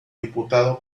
diputado